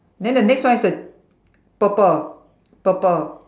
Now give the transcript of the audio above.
then the next one is the purple purple